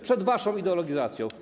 Przed waszą ideologizacją.